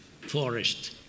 forest